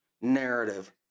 narrative